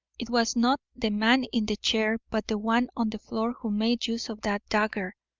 it was not the man in the chair, but the one on the floor, who made use of that dagger.